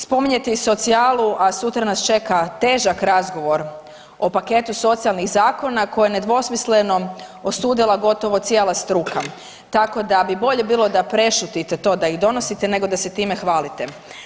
Spominjete i socijalu, a sutra nas čeka težak razgovor o paketu socijalnih zakona koji nedvosmisleno osudila gotovo cijela struka, tako da bi bolje bilo da prešutite to da ih donosite nego da se time hvalite.